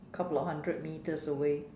couple of hundred meters away